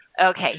Okay